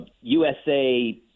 USA